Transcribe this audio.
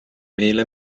meile